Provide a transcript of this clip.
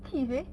踢谁